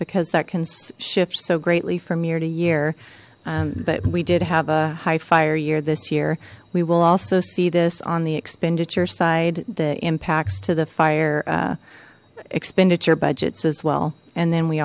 because that can shift so greatly from year to year but we did have a high fire year this year we will also see this on the expenditure side the impacts to the fire expenditure budgets as well and then we